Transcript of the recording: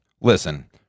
Listen